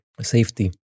safety